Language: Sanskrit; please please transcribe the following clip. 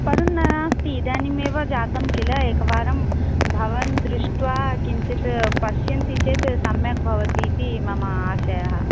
परन्नास्ति इदानीमेव जातं किल एकवारं भवान् दृष्ट्वा किञ्चित् पश्यन्ति चेत् सम्यक् भवतीति मम आशयः